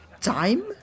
time